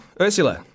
Ursula